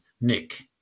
Nick